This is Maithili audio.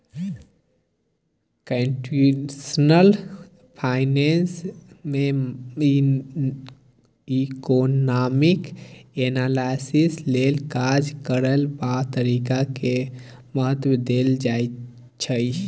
कंप्यूटेशनल फाइनेंस में इकोनामिक एनालिसिस लेल काज करए बला तरीका के महत्व देल जाइ छइ